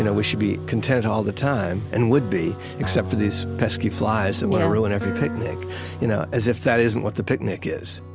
and we should be content all the time and would be except for these pesky flies that want to ruin every picnic you know as if that isn't what the picnic is,